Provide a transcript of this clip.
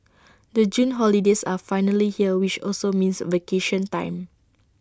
the June holidays are finally here which also means vacation time